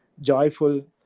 joyful